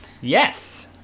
Yes